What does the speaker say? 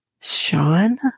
sean